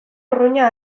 urruña